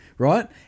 Right